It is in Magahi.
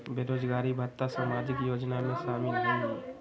बेरोजगारी भत्ता सामाजिक योजना में शामिल ह ई?